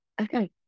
Okay